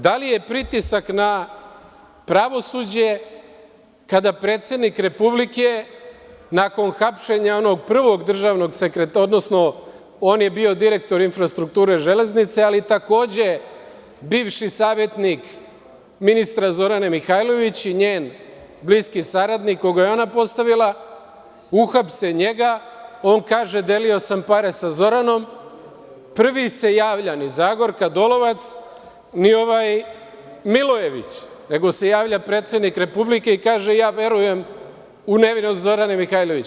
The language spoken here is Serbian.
Da li je pritisak na pravosuđe kada predsednik Republike, nakon hapšenja onog prvog državnog sekretara, odnosno on je bio direktor „Infrastrukture železnice“, ali takođe, bivši savetnik ministra Zorane Mihajlović i njen bliski saradnik koga je ona postavila, uhapse njega, on kaže – delio sam pare sa Zoranom, prvi se javlja, ni Zagorka Dolovac, ni ovaj Milojević, nego se javlja predsednik Republike i kaže – ja verujem u nevinost Zorane Mihajlović?